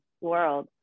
world